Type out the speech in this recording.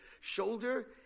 shoulder